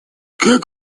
как